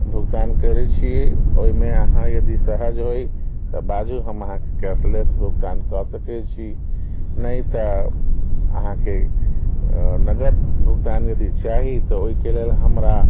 भुगतान करय छियै ओयमे अहाँ यदि सहज होय त बाजू हम अहाँके कैशलेस भुगतान कऽ सकै छी नहि तऽ अहाँके नगद भुगतान यदि चाही तऽ ओइके लेल हमरा